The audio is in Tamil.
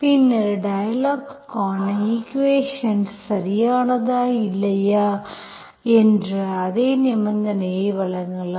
பின்னர் டயலாக் காண ஈக்குவேஷன்ஸ் சரியானதா இல்லையா என்ற அதே நிபந்தனையை வழங்கலாம்